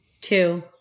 Two